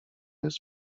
jest